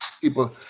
people –